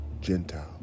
Gentile